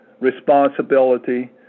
responsibility